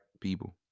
people